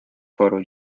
photo